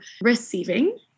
receiving